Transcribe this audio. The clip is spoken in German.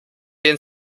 den